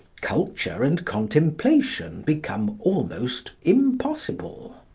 culture and contemplation become almost impossible.